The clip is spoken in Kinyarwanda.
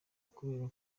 ukubera